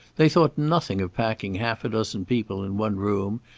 they thought nothing of packing half a dozen people in one room,